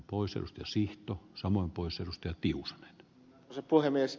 poissa sihto samaan pois edustajat arvoisa puhemies